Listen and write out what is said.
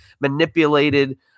manipulated